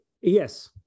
yes